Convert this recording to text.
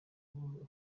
habura